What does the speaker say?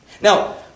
Now